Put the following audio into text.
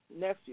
nephew